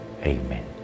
amen